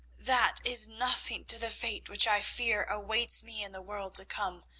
that is nothing to the fate which i fear awaits me in the world to come.